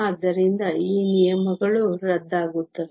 ಆದ್ದರಿಂದ ಈ ನಿಯಮಗಳು ರದ್ದಾಗುತ್ತವೆ